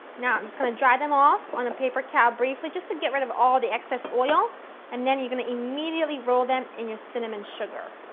now i'm just gonna dry them off on the and paper towel, briefly just to get rid of all the excess oil and then, you're gonna immediately roll them in your cinnamon sugar.